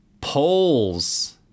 polls